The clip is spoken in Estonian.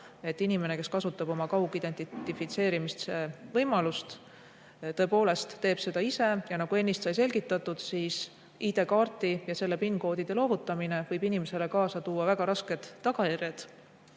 et inimene, kes kasutab oma kaugidentifitseerimise võimalust, tõepoolest teeb seda ise. Ja lisaks, nii nagu ma enne selgitasin, ID-kaardi ja selle PIN-koodide loovutamine võib inimesele kaasa tuua väga rasked tagajärjed.